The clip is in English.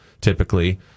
typically